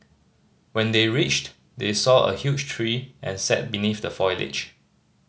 when they reached they saw a huge tree and sat beneath the foliage